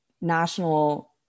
national